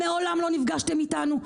מעולם לא נפגשתם אתנו,